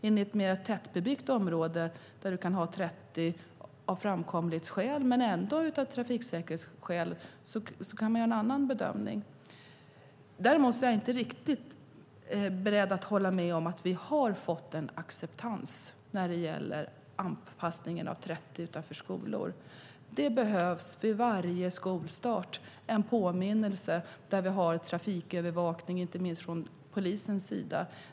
I ett mer tättbebyggt område kan man av framkomlighetsskäl ha 30 men ändå komma att göra en annan bedömning av trafiksäkerhetsskäl. Jag är dock inte riktigt beredd att hålla med om att vi har fått en acceptans när det gäller 30 utanför skolor. Det behövs vid varje skolstart en påminnelse, där vi har trafikövervakning inte minst från polisens sida.